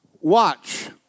Watch